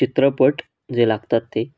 चित्रपट जे लागतात ते